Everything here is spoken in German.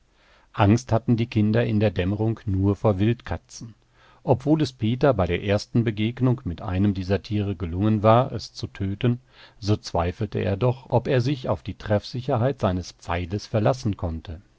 angst hatten die kinder in der dämmerung nur vor wildkatzen obwohl es peter bei der ersten begegnung mit einem dieser tiere gelungen war es zu töten so zweifelte er doch ob er sich auf die treffsicherheit seines pfeiles verlassen konnte